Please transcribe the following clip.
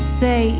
say